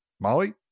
Molly